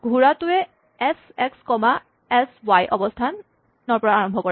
ঘোঁৰাটোৱে S X comma S Y অৱস্হানৰ পৰা আৰম্ভ কৰে